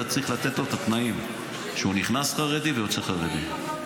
אתה צריך לתת לו את התנאים שהוא נכנס חרדי ויוצא חרדי.